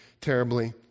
terribly